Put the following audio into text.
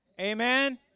Amen